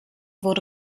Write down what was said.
wurde